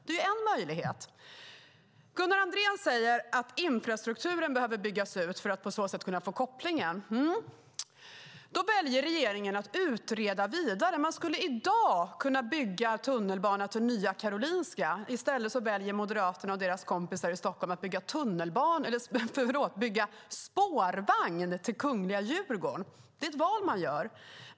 Det är en möjlighet. Gunnar Andrén säger att infrastrukturen behöver byggas ut för att koppla ihop områden. Då väljer regeringen att utreda vidare. Man skulle i dag kunna bygga tunnelbana till nya Karolinska. I stället väljer Moderaterna och kompisarna i Stockholm att bygga spårväg till kungliga Djurgården. Det är ett val.